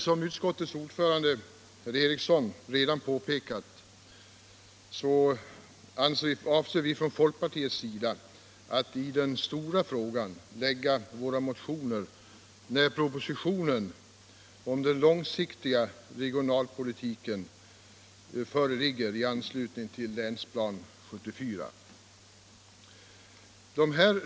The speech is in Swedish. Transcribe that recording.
Som utskottets ordförande, herr Eriksson i Arvika, redan påpekat avser vi från folkpartiets sida att i den stora frågan framlägga våra motioner när propositionen om den långsiktiga regionalpolitiken, grundad på länsplanering 1974, föreligger.